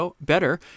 better